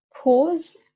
Pause